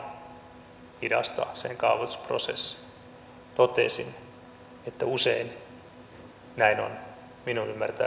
totesin että usein näin on minun ymmärtääkseni tapahtunut